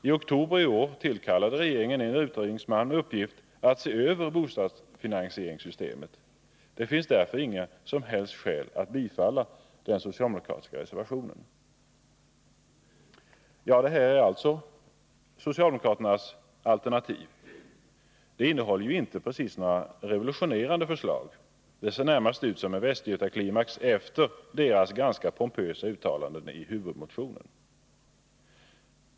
I oktober i år tillkallade regeringen också en Fredagen den utredningsman med uppgift att se över bostadsfinansieringssystemet. Det 12 december 1980 finns därför inga som helst skäl att bifalla den socialdemokratiska reservationen. Ja, det här är alltså socialdemokraternas alternativ. Det innehåller inte precis några revolutionerande lösningar. Det ser närmast ut som en västgötaklimax efter deras ganska pompösa uttalanden i huvudmotionen.